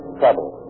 trouble